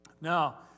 Now